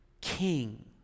king